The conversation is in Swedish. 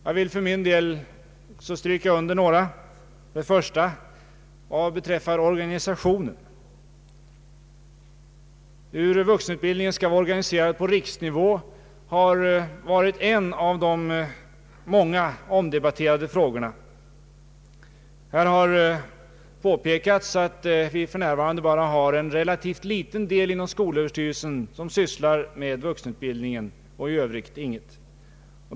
Jag vill nämna ytterligare några synpunkter och börjar med organisationen. Hur vuxenutbildningen skall vara organiserad på riksnivå har varit en av de många omdebatterade frågorna under senare tid. Man har påpekat att vi för närvarande bara har en relativt liten avdelning inom skolöverstyrelsen som sysslar med vuxenutbildning och i övrigt intet.